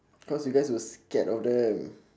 cause you guys were scared of them